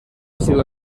sido